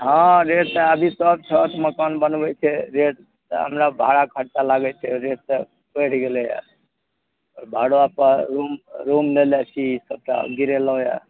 हँ रेट तऽ अभी सब छत मकान बनबै छै रेट तऽ हमरा भाड़ा खरचा लागै छै रेट तऽ बढ़ि गेलैए भाड़ापर रूम रूम लेने छी सबटा गिरेलहुँ यऽ